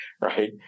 right